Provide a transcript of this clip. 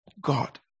God